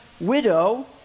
widow